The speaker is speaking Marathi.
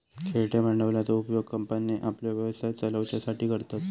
खेळत्या भांडवलाचो उपयोग कंपन्ये आपलो व्यवसाय चलवच्यासाठी करतत